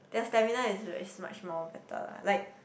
their stamina is really much more better lah like